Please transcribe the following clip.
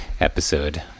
episode